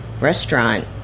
restaurant